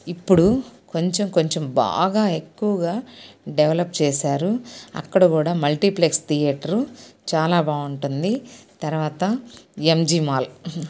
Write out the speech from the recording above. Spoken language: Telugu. ఇప్పుడు కొంచెం కొంచెం బాగా ఎక్కువగా డెవలప్ చేసారు అక్కడ కూడా మల్టీప్లెక్స్ థియేటరు చాలా బాగుంటుంది తర్వాత ఎంజీ మాల్